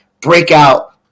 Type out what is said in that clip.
breakout